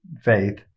faith